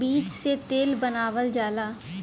बीज से तेल बनावल जाला